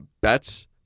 bets